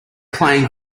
playing